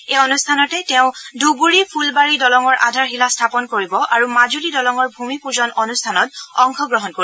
এই অনুষ্ঠানতে তেওঁ ধুবুৰী ফুলবাৰী দলঙৰ আধাৰশিলা স্থাপন কৰিব আৰু মাজুলী দলঙৰ ভূমি পুজন অনুষ্ঠানত অংশগ্ৰহণ কৰিব